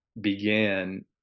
began